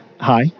hi